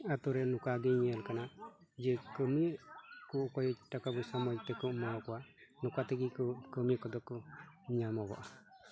ᱟᱹᱛᱩᱨᱮ ᱱᱚᱝᱠᱟ ᱜᱮ ᱧᱮᱞ ᱠᱟᱱᱟ ᱡᱮ ᱠᱟᱹᱢᱤ ᱠᱚ ᱚᱠᱚᱭ ᱴᱟᱠᱟ ᱥᱚᱡᱽ ᱛᱮᱠᱚ ᱮᱢᱟ ᱠᱚᱣᱟ ᱱᱚᱝᱠᱟ ᱛᱮᱜᱮ ᱠᱚ ᱠᱟᱹᱢᱤ ᱠᱚᱫᱚ ᱠᱚ ᱧᱟᱢᱚᱜᱚᱜᱼᱟ